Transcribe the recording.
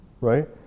right